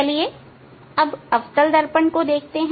चलिए अब अवतल दर्पण को देखते हैं